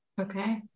Okay